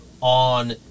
on